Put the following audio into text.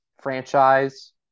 franchise